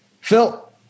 Phil